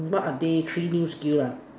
what are they three new skills ah